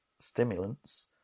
stimulants